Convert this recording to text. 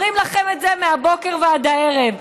אומרים לכם את זה מהבוקר ועד הערב,